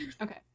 okay